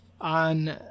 on